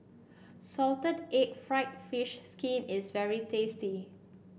Salted Egg fried fish skin is very tasty